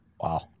Wow